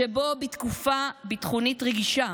שבו בתקופה ביטחונית רגישה,